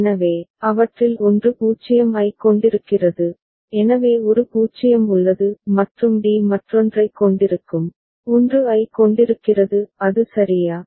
எனவே அவற்றில் ஒன்று 0 ஐக் கொண்டிருக்கிறது எனவே ஒரு 0 உள்ளது மற்றும் d மற்றொன்றைக் கொண்டிருக்கும் 1 ஐக் கொண்டிருக்கிறது அது சரியா